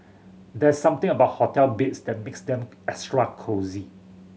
there's something about hotel beds that makes them extra cosy